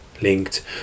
linked